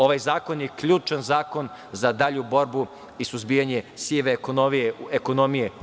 Ovaj zakon je ključan zakon za dalju borbu i suzbijanje sive ekonomije.